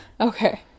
Okay